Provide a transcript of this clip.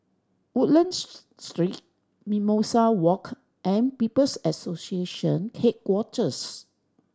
Woodlands Street Mimosa Walk and People's Association Headquarters